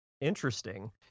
Interesting